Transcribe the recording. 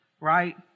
Right